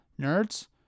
nerds